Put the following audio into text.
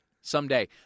someday